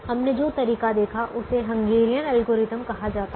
हमने जो तरीका देखा उसे हंगेरियन एल्गोरिथम कहा जाता है